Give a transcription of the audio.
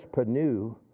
panu